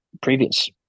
previous